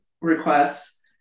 requests